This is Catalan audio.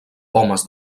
pomes